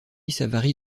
savary